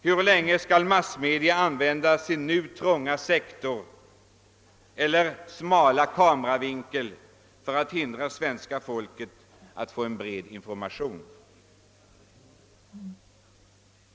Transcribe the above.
Hur länge skall massmedia använda sin snäva kameravinkel för att hindra svenska folket att få en bred information?